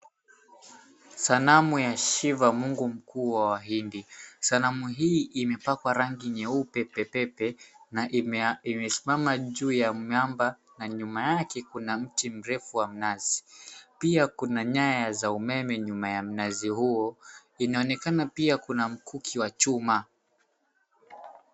Sanamu ya Shiva, mungu mkuu wa Wahindi. Sanamu hii imepakwa rangi nyeupe pepepe na imesimama juu ya miamba, na nyuma yake kuna mti mrefu wa mnazi. Pia, kuna nyaya za umeme nyuma ya mnazi huo. Inaonekana pia kuna mkuki wa chuma.